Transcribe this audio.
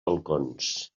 balcons